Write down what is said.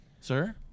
sir